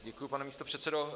Děkuji, pane místopředsedo.